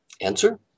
Answer